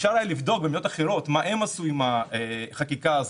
אפשר היה לבדוק במדינות אחרות מה הן עשו עם החקיקה הזאת.